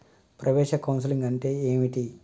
ప్రవేశ కౌన్సెలింగ్ అంటే ఏమిటి?